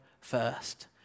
first